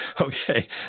Okay